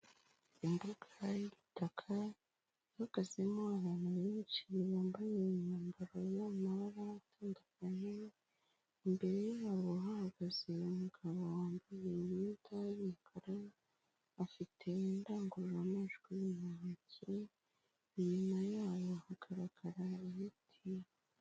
Imbuga ngari y'ubutaka, ihagazemo abantu benshi bambaye imyambaro y'amabara atandukanye, imbere yabo hahagaze umugabo wambaye imyenda y'umukara, afite indangururamajwi mu ntoki, inyuma yayo hagaragara ibiti.